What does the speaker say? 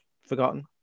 forgotten